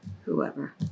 whoever